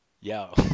Yo